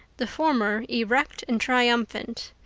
the former erect and triumphant,